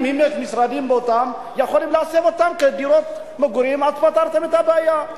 משרדים לדירות מגורים, אז פתרתם את הבעיה.